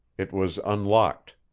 it was unlocked.